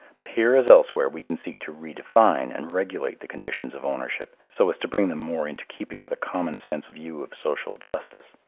but here as elsewhere we can seek to re-define and regulate the conditions of ownership so as to bring them more into keeping with a common sense view of social justice.